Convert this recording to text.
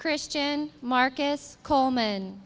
christian marcus coleman